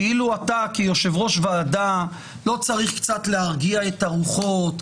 כאילו אתה כיושב ראש ועדה לא צריך קצת להרגיע את הרוחות,